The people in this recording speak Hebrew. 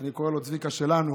אני קורא לו צביקה שלנו.